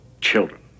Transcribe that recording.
children